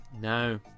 No